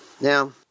Now